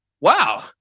wow